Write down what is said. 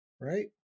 Right